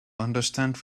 understand